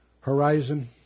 horizon